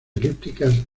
elípticas